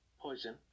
Poison